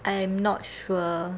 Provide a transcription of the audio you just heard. I'm not sure